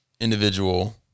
individual